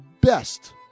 best